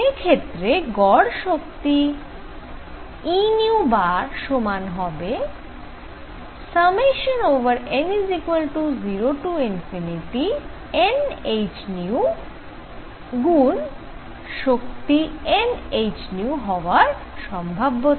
সেক্ষেত্রে গড় শক্তি E সমান হবে n0nhν×শক্তি nhν হওয়ার সম্ভাব্যতা